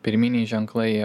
pirminiai ženklai